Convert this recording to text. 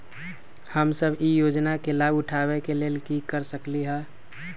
हम सब ई योजना के लाभ उठावे के लेल की कर सकलि ह?